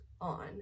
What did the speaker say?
on